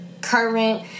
current